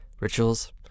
rituals